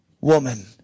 woman